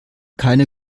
keine